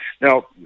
Now